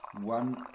One